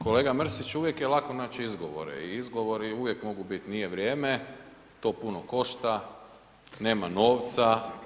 Kolega Mrsić uvijek je lako naći izgovore i izgovori uvijek mogu biti nije vrijeme, to puno košta, nema novca.